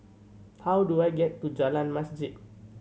how do I get to Jalan Masjid